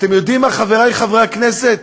אתם יודעים מה, חברי חברי הכנסת?